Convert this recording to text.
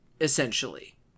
essentially